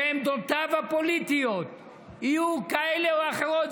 שעמדותיו הפוליטיות יהיו כאלה או אחרות,